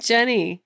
Jenny